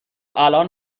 الان